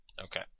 Okay